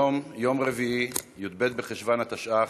היום יום רביעי, י"ב בחשוון התשע"ח,